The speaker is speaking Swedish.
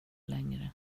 längre